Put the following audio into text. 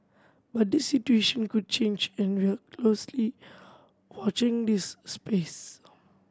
but this situation could change and we are closely watching this space